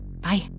Bye